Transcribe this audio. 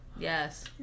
yes